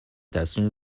تصمیم